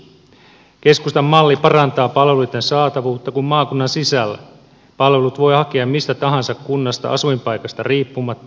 keskustan malli parantaa palveluitten saatavuutta kun maakunnan sisällä palvelut voi hakea mistä tahansa kunnasta asuinpaikasta riippumatta